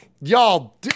Y'all